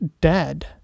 dead